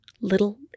little